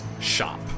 shop